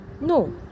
No